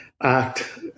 act